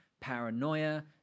paranoia